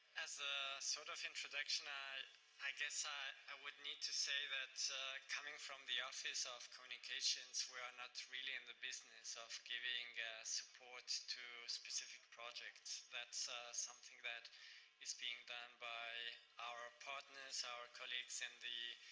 as a sort of introduction, i i guess ah i would need to say that coming from the office of communications, we are not really in the business of giving support to specific projects. that's something that is being done by our partners, our colleagues in the